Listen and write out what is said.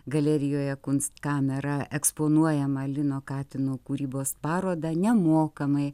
galerijoje kunstkamera eksponuojamą lino katino kūrybos parodą nemokamai